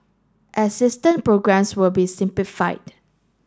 assistant programmes will be simplified